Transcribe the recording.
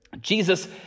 Jesus